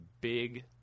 big